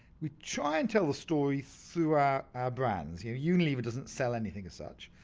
we try and tell the story through our ah brands. yeah unilever doesn't sell anything as such.